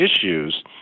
issues